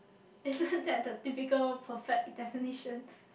isn't that the typical perfect definition